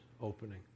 opening